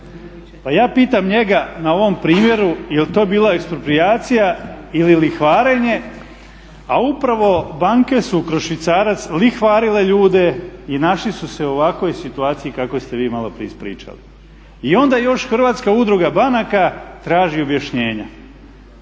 Pa ja pitam njega na ovom primjeru je li to bila eksproprijacija ili lihvarenje, a upravo banke su kroz švicarac lihvarile ljude i našli su se u ovakvoj situaciji u kakvoj ste vi maloprije ispričali. I onda još Hrvatska udruga banaka traži objašnjenja.